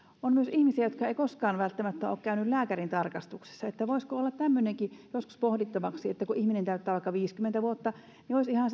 on myös ihmisiä jotka eivät välttämättä koskaan ole käyneet lääkärintarkastuksessa voisiko olla tämmöinenkin joskus pohdittavaksi että kun ihminen täyttää vaikka viisikymmentä vuotta niin olisi ihan